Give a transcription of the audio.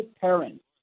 parents